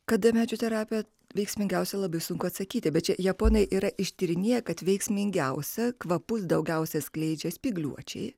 kada medžio terapija veiksmingiausia labai sunku atsakyti bet čia japonai yra ištyrinėję kad veiksmingiausia kvapus daugiausiai skleidžia spygliuočiai